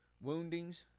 Woundings